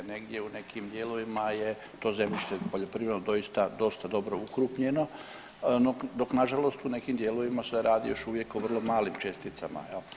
Negdje u nekim dijelovima je to zemljište poljoprivredno doista dobro ukrupnjeno, no dok nažalost u nekim dijelovima se radi još uvijek o vrlo malim česticama jel.